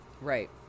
Right